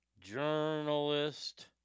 journalist